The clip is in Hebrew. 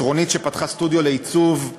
את רונית שפתחה סטודיו לעיצוב,